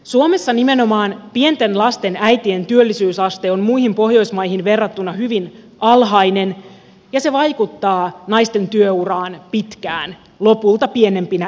suomessa nimenomaan pienten lasten äitien työllisyysaste on muihin pohjoismaihin verrattuna hyvin alhainen ja se vaikuttaa naisten työuraan pitkään lopulta pienempinä eläkkeinä